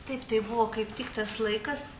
taip tai buvo kaip tik tas laikas